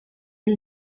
del